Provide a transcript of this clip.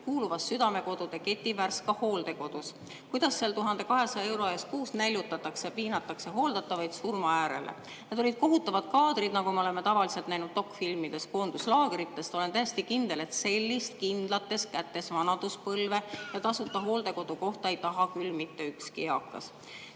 kuuluvas Südamekodude keti Värska hooldekodus, kuidas seal 1200 euro eest kuus näljutatakse ja piinatakse hooldatavaid surma äärele. Need olid kohutavad kaadrid, nagu me oleme tavaliselt näinud dokfilmides koonduslaagritest. Olen täiesti kindel, et sellist kindlates kätes vanaduspõlve ja tasuta hooldekodukohta ei taha küll mitte ükski eakas.